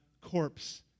corpse